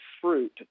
fruit